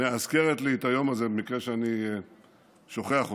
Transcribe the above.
שמאזכרת לי את היום הזה במקרה שאני שוכח אותו.